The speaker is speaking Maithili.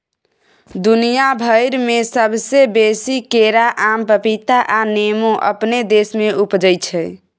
दुनिया भइर में सबसे बेसी केरा, आम, पपीता आ नेमो अपने देश में उपजै छै